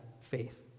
faith